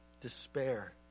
despair